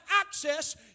access